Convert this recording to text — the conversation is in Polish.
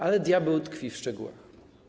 Ale diabeł tkwi w szczegółach.